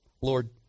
Lord